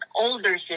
older